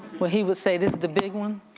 where he would say, this is the big one?